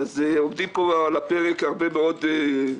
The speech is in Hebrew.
עומדים פה על הפרק הרבה מאוד דברים,